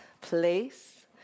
place